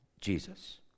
Jesus